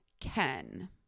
Ken